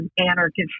anarchist